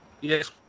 Yes